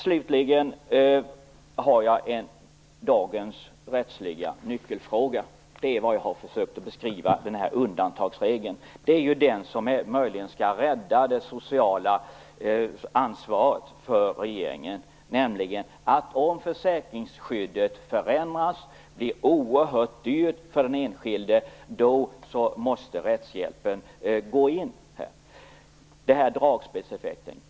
Slutligen vill jag ta upp dagens rättsliga nyckelfråga. Det handlar om något som jag har försökt att beskriva tidigare, nämligen den här undantagsregeln. Det är den som möjligen skall rädda det sociala ansvaret för regeringen. Om försäkringsskyddet förändras, om det blir oerhört dyrt för den enskilde, så måste rättshjälpen gå in. Det är den här dragspelseffekten.